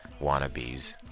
Wannabes